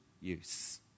use